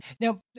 Now